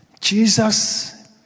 Jesus